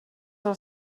del